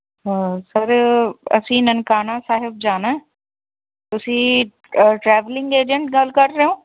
ਹਾਂ ਸਰ ਅਸੀਂ ਨਨਕਾਣਾ ਸਾਹਿਬ ਜਾਣਾ ਤੁਸੀਂ ਅ ਟਰੈਵਲਿੰਗ ਏਜੰਟ ਗੱਲ ਕਰ ਰਹੇ ਹੋ